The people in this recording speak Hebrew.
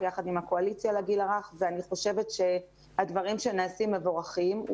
יחד עם הקואליציה לגיל הרך ואני חושבת שהדברים שנעשים מבורכים.